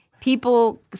people